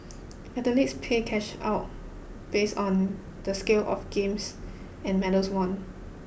athletes pay cash out based on the scale of games and medals won